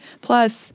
Plus